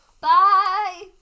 Bye